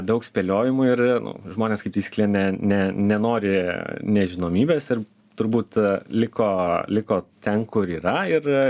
daug spėliojimų ir nu žmonės kaip taisyklė ne ne nenori nežinomybės ir turbūt liko liko ten kur yra ir